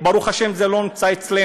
שזה, ברוך ה', זה לא נמצא אצלנו.